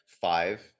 five